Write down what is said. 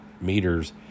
meters